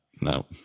No